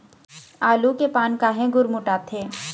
आलू के पान काहे गुरमुटाथे?